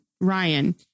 Ryan